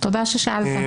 תודה ששאלת.